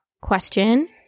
question